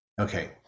okay